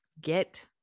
get